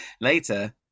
Later